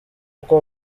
uko